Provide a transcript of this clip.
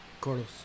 Carlos